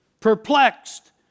perplexed